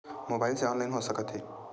Mobile से online हो सकत हे?